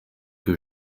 que